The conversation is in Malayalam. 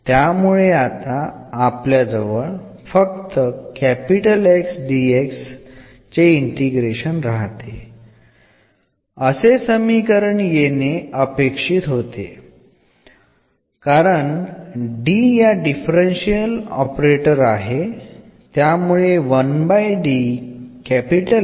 നമുക്ക് കേവലം ഇന്റഗ്രൽ എന്ന് ലഭിക്കുന്നു ഒരു ഡിഫറൻഷ്യൽ ഓപ്പറേറ്റർ ആണെന്ന് നമുക്കറിയാം